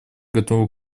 готовы